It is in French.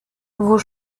vos